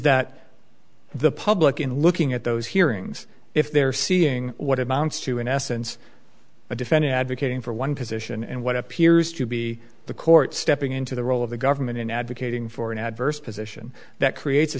that the public in looking at those hearings if they're seeing what amounts to in essence a defendant advocating for one position and what appears to be the court stepping into the role of the government in advocating for an adverse position that creates a